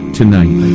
tonight